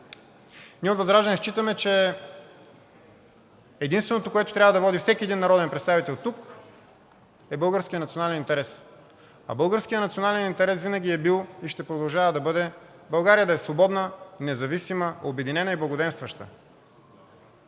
Ние от ВЪЗРАЖДАНЕ считаме, че единственото, което трябва да води всеки един народен представител тук, е българският национален интерес, а българският национален интерес винаги е бил и ще продължава да бъде България да е свободна, независима, обединена и благоденстваща.